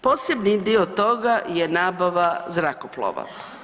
Posebni dio toga je nabava zrakoplova.